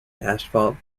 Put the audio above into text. asphalt